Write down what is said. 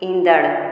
ईंदड़ु